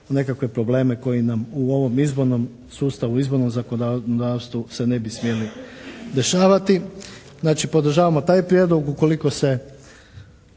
nekakve probleme koji nam u ovom izbornom sustavu, izbornom zakonodavstvu se ne bi smjeli dešavati. Znači, podržavamo taj prijedlog. Ukoliko se